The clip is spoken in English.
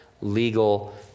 legal